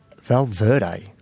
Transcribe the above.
Valverde